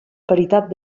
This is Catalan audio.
paritat